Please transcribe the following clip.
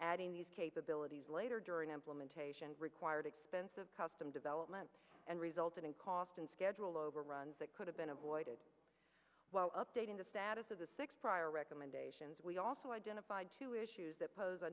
adding these capabilities later during implementation required expensive custom development and resulted in cost and schedule overruns that could have been avoided while updating the status of the six prior recommendations we also identified two issues that pose